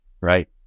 right